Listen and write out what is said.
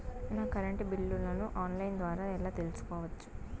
నా కరెంటు బిల్లులను online ద్వారా ఎలా తెలుసుకోవచ్చు?